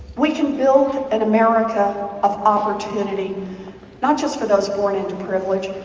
we can build an america of opportunity not just for those born into privilege.